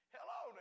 Hello